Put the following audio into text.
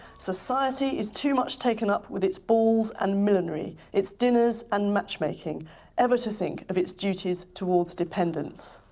society is too much taken up with its balls and millinery, its dinners and matchmaking ever to think of its duties towards dependence.